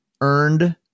earned